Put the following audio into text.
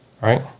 right